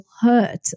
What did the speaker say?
hurt